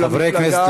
חברי כנסת,